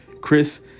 Chris